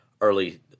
early